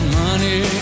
money